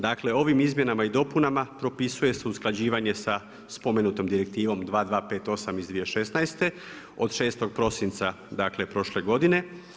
Dakle, ovim izmjenama i dopunama propisuje se usklađivanje sa spomenutom Direktivom 2258 iz 2016. od 6. prosinca, dakle prošle godine.